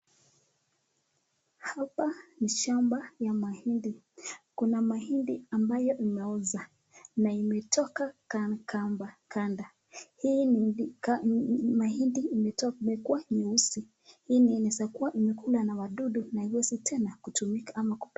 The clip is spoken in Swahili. Hapa ni shamba ya mahindi, kuna mahindi ambayo imeoza, na imetoka kamba kanda. Hii ni mahindi imekuwa nyeusi, inaezakuwa imekuliwa na wadudu ,na haiwezi tena kutumika ama kupikwa.